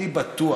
אני בטוח